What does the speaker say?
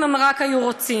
אם הם רק היו רוצים.